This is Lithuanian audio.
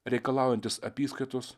reikalaujantis apyskaitos